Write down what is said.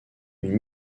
une